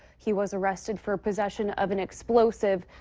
he was arrested for possession of an explosive,